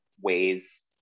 Ways